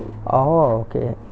orh okay